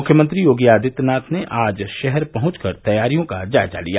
मुख्यमंत्री योगी आदित्यनाथ ने आज शहर पहुंचकर तैयारियों का जायजा लिया